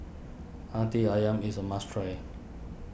Hati Ayam is a must try